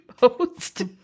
post